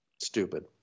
Stupid